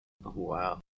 Wow